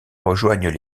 rejoignent